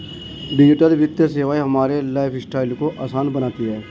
digital वित्तीय सेवाएं हमारे लाइफस्टाइल को आसान बनाती हैं